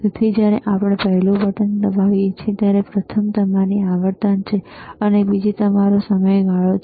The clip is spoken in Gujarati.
તેથી જ્યારે આપણે પહેલું બટન દબાવીએ છીએ ત્યારે પ્રથમ તમારી આવર્તન છે અને બીજી તમારી સમયગાળો છે